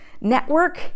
Network